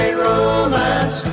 romance